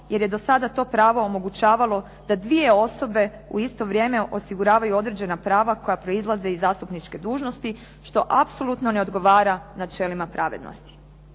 jer je do sada to pravo omogućavalo da dvije osobe u isto vrijeme osiguravaju određena prava koja proizlaze iz zastupničke dužnosti što apsolutno n odgovara načelima pravednosti.